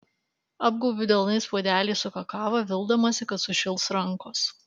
apgaubiu delnais puodelį su kakava vildamasi kad sušils rankos